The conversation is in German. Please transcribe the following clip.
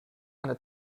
eine